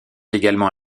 également